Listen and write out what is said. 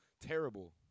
Terrible